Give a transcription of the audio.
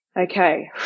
okay